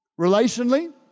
relationally